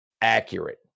accurate